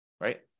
right